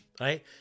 right